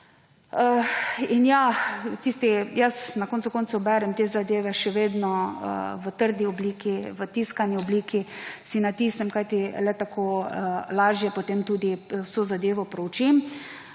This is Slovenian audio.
pravilniki. Jaz na koncu koncev berem te zadeve še vedno v trdi obliki, v tiskani obliki, si natisnem, kajti le tako lažje potem tudi vso zadevo preučim,